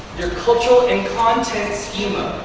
your cultural and content schema,